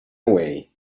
away